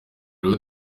rero